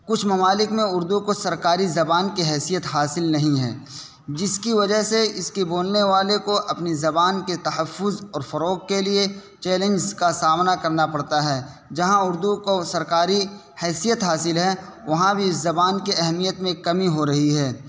کچھ ممالک میں اردو کو سرکاری زبان کی حیثیت حاصل نہیں ہے جس کی وجہ سے اس کے بولنے کو اپنی زبان کے تحفظ اور فروغ کے لیے چیلنز کا سامنا کرنا پڑتا ہے جہاں اردو کو سرکاری حیثیت حاصل ہے وہاں بھی اس زبان کے اہمیت میں کمی ہو رہی ہے